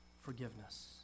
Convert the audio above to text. forgiveness